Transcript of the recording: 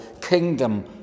kingdom